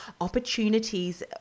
opportunities